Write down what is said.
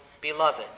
beloved